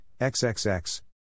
XXX